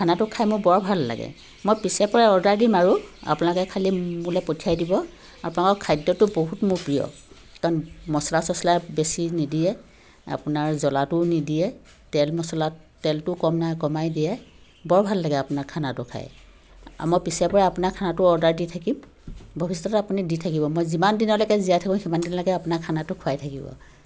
খানাটো খাই মোৰ বৰ ভাল লাগে মই পিছে পৰে অৰ্ডাৰ দিম আৰু আপোনালোকে খালী মোলৈ পঠিয়াই দিব আপোনালোকৰ খাদ্যটো বহুত মোৰ প্ৰিয় কাৰণ মচলা চচলা বেছি নিদিয়ে আপোনাৰ জ্বলাটোও নিদিয়ে তেল মচলাত তেলটোও কমাই দিয়ে বৰ ভাল লাগে আপোনাৰ খানাটো খাই মই পিছে পৰে আপোনাৰ খানাটো অৰ্ডাৰ দি থাকিম ভৱিষ্যতে আপুনি দি থাকিব মই যিমান দিনলৈকে জীয়াই থাকোঁ সিমান দিনলৈকে আপোনাৰ খানাটো খুৱাই থাকিব